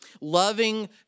Loving